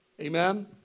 Amen